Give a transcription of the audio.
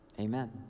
amen